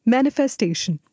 Manifestation